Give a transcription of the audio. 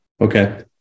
Okay